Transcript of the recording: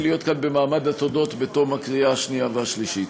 להיות כאן במעמד התודות בתום הקריאה השנייה והשלישית.